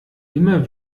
immer